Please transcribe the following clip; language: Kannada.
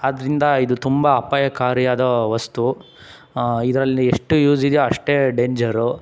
ಆದ್ದರಿಂದ ಇದು ತುಂಬ ಅಪಾಯಕಾರಿಯಾದ ವಸ್ತು ಇದರಲ್ಲಿ ಎಷ್ಟು ಯೂಸ್ ಇದೆಯೋ ಅಷ್ಟೇ ಡೇಂಜರು